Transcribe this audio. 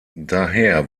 daher